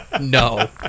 No